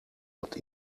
dat